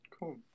cool